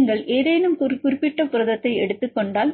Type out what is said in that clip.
நீங்கள் ஏதேனும் ஒரு குறிப்பிட்ட புரதத்தை எடுத்துக் கொண்டால்